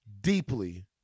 deeply